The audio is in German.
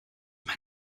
mein